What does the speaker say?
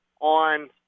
on